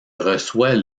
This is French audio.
reçoit